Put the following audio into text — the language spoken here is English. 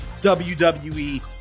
WWE